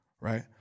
Right